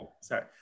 sorry